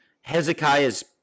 Hezekiah's